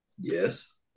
Yes